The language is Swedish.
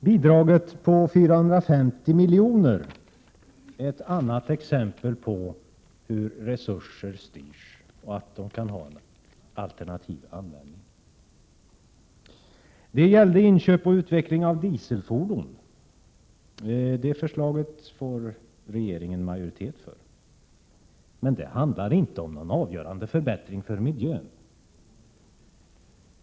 Bidraget på 450 milj.kr. är ett annat exempel på hur resurser styrs och att de kan ha alternativ användning. Bidraget gällde inköp och utveckling av dieselfordon. Det förslaget får regeringen majoritet för. Men det handlar inte om någon avgörande förbättring för miljön.